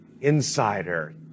insider